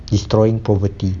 destroying poverty